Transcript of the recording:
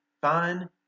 fine